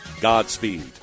Godspeed